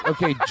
Okay